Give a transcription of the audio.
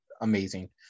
amazing